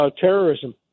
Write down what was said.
terrorism